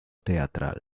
teatral